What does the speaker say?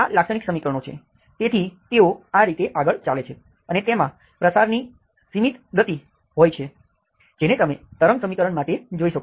આ લાક્ષણિક સમીકરણો છે તેથી તેઓ આ રીતે આગળ ચાલે છે અને તેમાં પ્રસારની સિમિત ગતિ હોય છે જેને તમે તરંગ સમીકરણ માટે જોઈ શકો છો